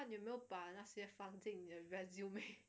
那你有没有把那些放进你的 resume